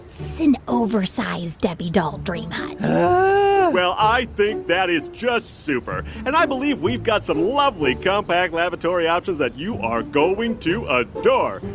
it's an oversized debbie doll dream hut ugh well, i think that is just super. and i believe we've got some lovely compact lavatory options that you are going to adore.